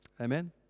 Amen